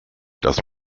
das